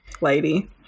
lady